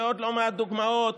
ועוד לא מעט דוגמאות,